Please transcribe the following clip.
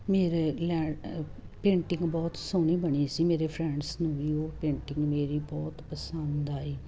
ਮੇਰੇ ਲੈ ਪੇਂਟਿੰਗ ਬਹੁਤ ਸੋਹਣੀ ਬਣੀ ਸੀ ਮੇਰੇ ਫਰੈਂਡਸ ਨੂੰ ਵੀ ਉਹ ਪੇਂਟਿੰਗ ਮੇਰੀ ਬਹੁਤ ਪਸੰਦ ਆਈ